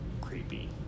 creepy